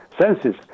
senses